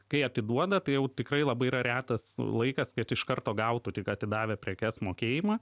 kai atiduoda tai jau tikrai labai yra retas laikas kad iš karto gautų tik atidavę prekes mokėjimą